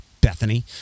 Bethany